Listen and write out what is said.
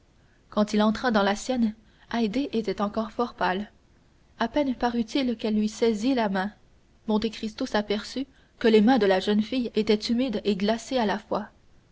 quand il entra dans la sienne haydée était encore fort pâle à peine parut-il qu'elle lui saisit la main monte cristo s'aperçut que les mains de la jeune fille étaient humides et glacées à la fois